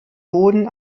boden